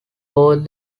both